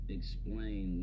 explain